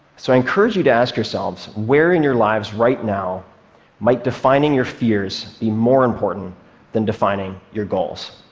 so i encourage you to ask yourselves where in your lives right now might defining your fears be more important than defining your goals?